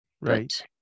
Right